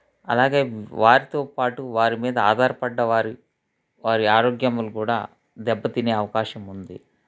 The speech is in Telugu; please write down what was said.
అలాగే వారితో పాటు వారి మీద ఆధారపడ్డ వారి వారి ఆరోగ్యములు కూడా దెబ్బతినే అవకాశం ఉంది